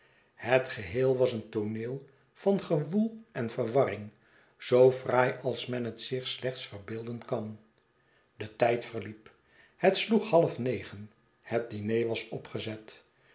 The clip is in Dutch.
het geheel was een tooneel van gewoel en verwarring zoo fraai als men het zich slechts verbeelden kan de tijd verliep het sloeg half negen het diner was opgezet